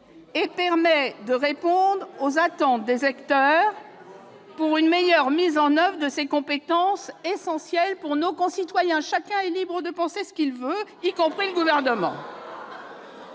et permet de répondre aux attentes des acteurs pour une meilleure mise en oeuvre de ces compétences essentielles pour nos concitoyens. Chacun est libre de penser ce qu'il veut, ... Encore heureux